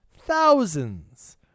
thousands